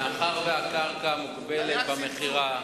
מאחר שהקרקע מוגבלת במכירה